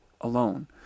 alone